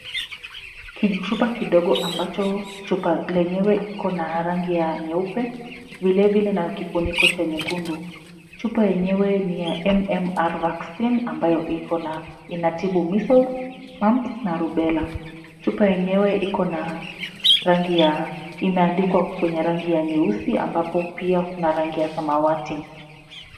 Kijichupa kidogo ambacho chupa lenyewe iko na rangi ya nyeupe vilevile na kifuniko cha nyekundu. Chupa yenyewe ni ya MMR vaccine ambayo inatibu Measles, Mumps na Rubella. Chupa yenyewe imeandikwa kwenye rangi ya nyeusi ambapo pia kuna rangi ya samawati.